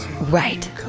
Right